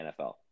NFL